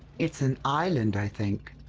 it's an island, i think.